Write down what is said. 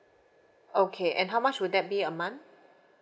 okay and how much would that be a month